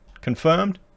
confirmed